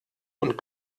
und